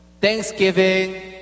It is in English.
Thanksgiving